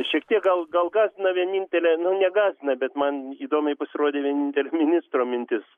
šiek tiek gal gal gąsdina vienintelė nu negąsdina bet man įdomiai pasirodė vienintelė ministro mintis